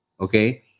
okay